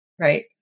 right